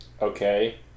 Okay